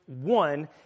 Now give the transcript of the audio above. One